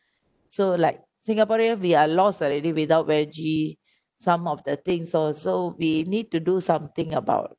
so like singaporean we are lost already without veggie some of the things also we need to do something about